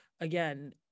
again